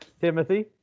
Timothy